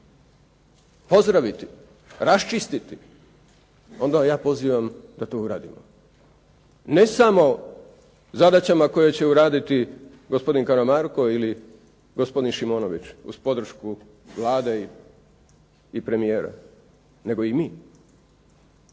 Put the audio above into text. pozdraviti, raščistiti, onda ja pozivam da to uradimo. Ne samo zadaćama koje će uraditi gospodin Karamarko ili gospodin Šimonović uz podršku Vlade i premijera, nego i mi,